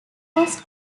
was